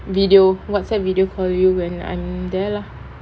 video WhatsApp video call you when I'm there lah